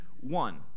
one